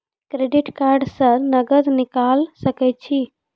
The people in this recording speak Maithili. क्रेडिट कार्ड से नगद निकाल सके छी?